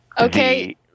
Okay